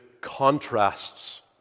contrasts